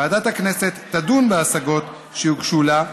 ועדת הכנסת תדון בהשגות שיוגשו לה,